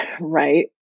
right